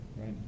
right